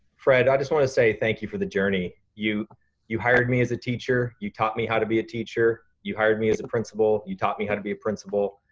fred, i just wanna say thank you for the journey. you you hired me as a teacher, you taught me how to be a teacher. you hired me as a and principal, you taught me how to be a principal.